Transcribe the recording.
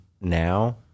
now